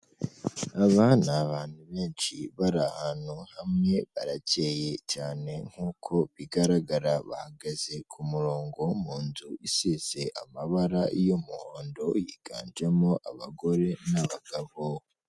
Aba ni abantu benshi bari ahantu hamwe barakeye cyane, nkuko bigaragara bahagaze ku murongo mu nzu isize amabara y'umuhondo yiganjemo abagore n'abagabo.